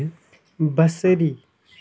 بصری